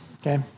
okay